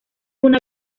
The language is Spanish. una